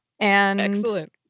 Excellent